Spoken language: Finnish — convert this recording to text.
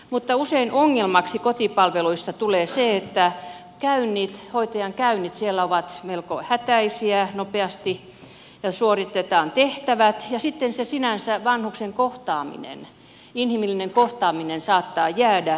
mutta usein ongelmaksi kotipalveluissa tulee se että hoitajan käynnit ovat melko hätäisiä nopeasti suoritetaan tehtävät ja sitten sinänsä se vanhuksen kohtaaminen inhimillinen kohtaaminen saattaa jäädä